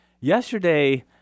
yesterday